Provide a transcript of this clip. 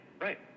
right